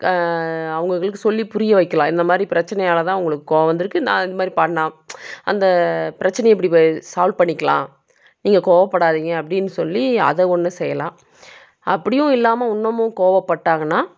அவங்ககளுக்கு சொல்லி புரிய வைக்கிலாம் இந்த மாதிரி பிரச்சனையால் தான் உங்களுக்கு கோவம் வந்துருக்கு நான் இந்த மாதிரி பண்ணா அந்த பிரச்சனையை இப்படி சால்வ் பண்ணிக்கலாம் நீங்கள் கோவப்படாதிங்க அப்படின் சொல்லி அதை ஒன்று செய்யலாம் அப்படியும் இல்லாமல் இன்னுமும் கோவப்பட்டாங்கன்னா